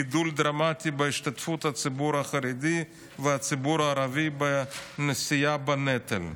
גידול דרמטי בהשתתפות הציבור החרדי והציבור הערבי בנשיאה בנטל.